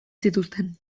zituzten